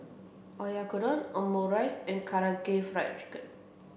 Oyakodon Omurice and Karaage Fried Chicken